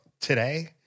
today